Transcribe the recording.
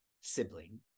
sibling